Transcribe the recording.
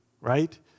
right